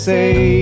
Say